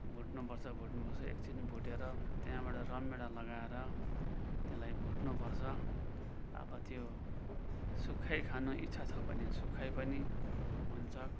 भुट्नु पर्छ भुट्नु पर्छ एकछिन भुटेर त्यहाँबाट रमभेडा लगाएर त्यसलाई भुट्नु पर्छ अब त्यो सुक्खै खानु इच्छा छ भने सुक्खै पनि हुन्छ